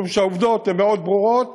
הן מאוד ברורות,